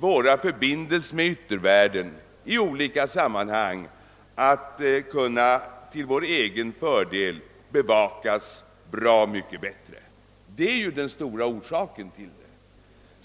våra förbindelser med yttervärlden i olika sammanhang att kunna bevakas mycket bättre, vilket skulle vara till vår egen fördel.